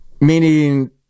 Meaning